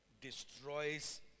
destroys